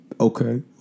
okay